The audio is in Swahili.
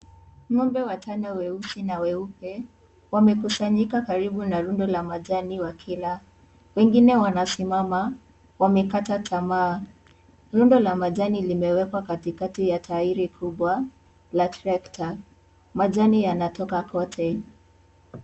Ng'ombe watano weusi na weupe wamekusanyika karibu na rundo la majani wakila. Wengine wamesimama, wamekata tamaa. Rundo la majani limewekwa katikati ya tairi kubwa la trekta. Majani yanatoka kote.